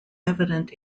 evident